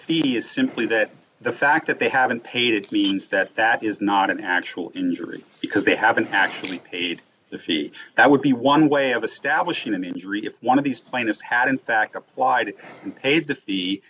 cd is simply that the fact that they haven't paid it means that that is not an actual injury because they haven't actually paid the fee that would be one dollar way of establishing an injury if one of these plaintiffs had in fact applied and paid the fee